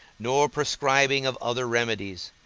nor prescribing of other remedies.